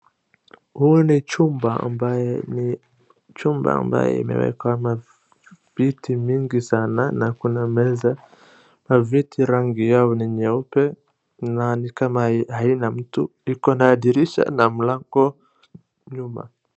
Huu ni chumba ambaye ni chumba ambaye imewekwa ma viti nyingi sana na kuna meza maviti rangi yao ni nyeupe na ni kama haina mtu iko na dirisha na mlango nyuma.